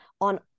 on